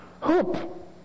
Hope